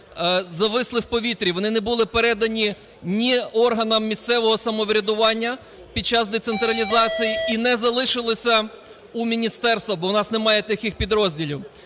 вони не були передані ні органам місцевого самоврядування під час децентралізації і не залишилися у міністерства, бо у нас немає таких підрозділів.